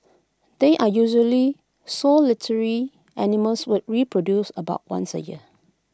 they are usually solitary animals which reproduce about once A year